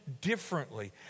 differently